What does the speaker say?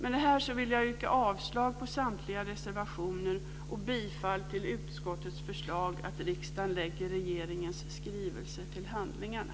Med detta vill jag yrka avslag på samtliga reservationer och bifall till utskottets förslag att riksdagen lägger regeringens skrivelse till handlingarna.